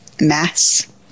mass